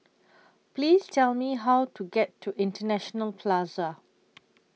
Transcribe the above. Please Tell Me How to get to International Plaza